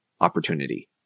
opportunity